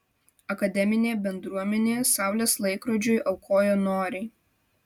akademinė bendruomenė saulės laikrodžiui aukojo noriai